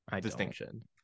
distinction